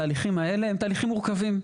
התהליכים האלה הם תהליכים מורכבים.